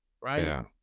right